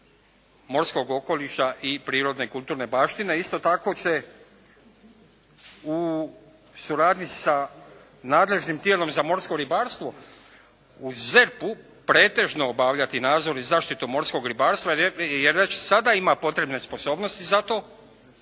morskog okoliša i prirodne kulturne baštine. Isto tako će u suradnji sa nadležnim tijelom za morsko ribarstvo u ZEP-u pretežno obavljati nadzor i zaštitu morskog ribarstva jer već sada ima potrebne sposobnosti za to,